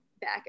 back